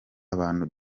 abantu